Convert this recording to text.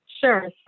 Sure